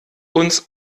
uns